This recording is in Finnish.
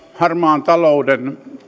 harmaan talouden